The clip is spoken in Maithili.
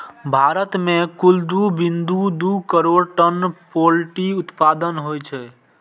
भारत मे कुल दू बिंदु दू करोड़ टन पोल्ट्री उत्पादन होइ छै